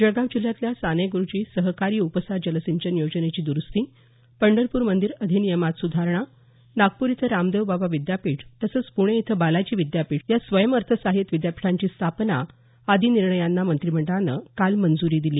जळगाव जिल्ह्यातल्या साने गुरूजी सहकारी उपसा जल सिंचन योजनेची दुरूस्ती पंढरपूर मंदीर अधिनियमात सुधारणा नागपूर इथं रामदेवबाबा विद्यापीठ तसंच पूणे इथं बालाजी विद्यापीठ या स्वयंअर्थसहाय्यित विद्यापीठांची स्थापना आदी निर्णयांना मंत्रिमंडळानं काल मंजुरी दिली